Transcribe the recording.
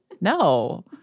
No